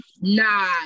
Nah